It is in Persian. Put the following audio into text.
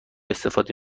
استفاده